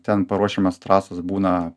ten paruošiamos trasos būna